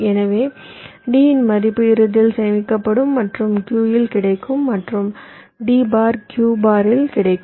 எனவே D இன் மதிப்பு இறுதியில் சேமிக்கப்படும் மற்றும் Q இல் கிடைக்கும் மற்றும் D பார் Q பாரில் கிடைக்கும்